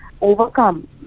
overcome